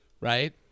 Right